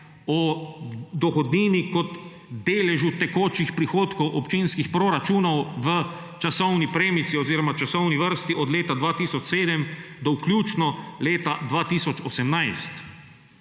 o dohodnini kot deležu tekočih prihodkov občinskih proračunov v časovni premici oziroma časovni vrsti od leta 2007 do vključno leta 2018.